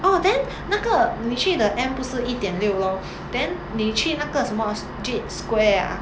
orh then 那个你去 the M 不是一点六 lor then 你去那个什么 jade square ah